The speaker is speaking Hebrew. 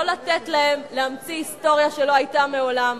לא לתת להם להמציא היסטוריה שלא היתה מעולם.